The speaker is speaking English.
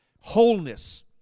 wholeness